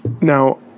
Now